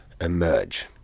emerge